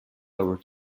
over